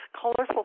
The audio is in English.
colorful